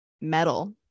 metal